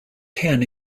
tan